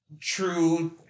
true